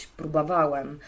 próbowałem